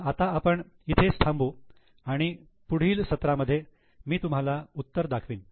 तर आता आपण इथेच थांबू आणि पुढील सत्रामध्ये मी तुम्हाला उत्तर दाखविन